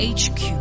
hq